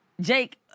Jake